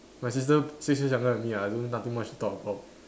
my sister six years younger than me ah I don't nothing much to talk about